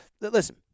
listen